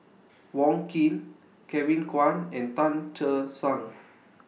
Wong Keen Kevin Kwan and Tan Che Sang